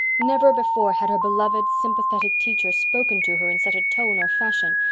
never before had her beloved, sympathetic teacher spoken to her in such a tone or fashion,